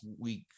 week